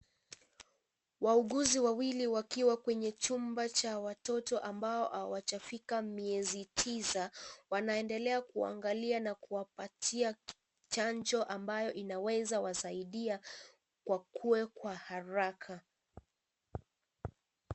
Wauguzi wawili wakiwa kwenye chumba cha watoto ambao hawajafika miezi tisa wanaendelea kuwaangalia na kuwapatia chanjo ambayo inaweza wasaidia wakue kwa haraka.